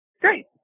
Great